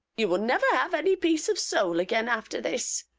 you will never have any peace of soul again after this.